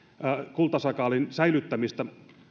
kultasakaalin säilyttämistä